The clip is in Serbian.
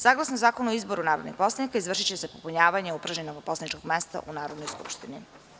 Saglasno Zakonu o izboru narodnih poslanika, izvršiće se popunjavanje upražnjenog poslaničkog mesta u Narodnoj skupštini.